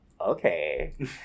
okay